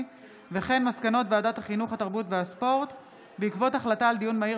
מסקנות ועדת הבריאות בעקבות דיון מהיר